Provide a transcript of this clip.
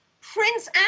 Prince